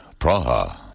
Praha